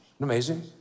Amazing